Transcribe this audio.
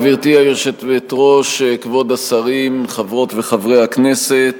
גברתי היושבת-ראש, כבוד השרים, חברות וחברי הכנסת,